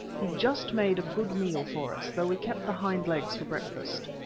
he just made a good meal for us, though we kept the hind legs for breakfast.